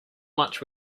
much